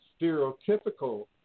stereotypical